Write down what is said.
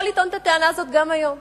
יכול לטעון את הטענה הזאת גם היום.